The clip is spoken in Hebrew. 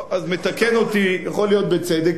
אז מתקן אותי, יכול להיות בצדק.